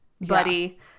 buddy